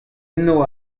enno